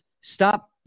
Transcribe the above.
stop